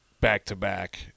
back-to-back